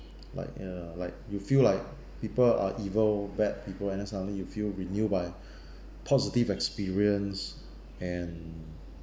like uh like you feel like people are evil bad people and then suddenly you feel renewed by positive experience and